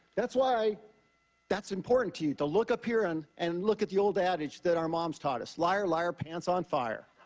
that's why that's important to you, to look up here and and look at the old adage that our moms taught us liar, liar, pants on fire.